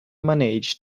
manage